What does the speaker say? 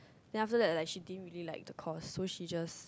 then after that like she didn't really like the course so she just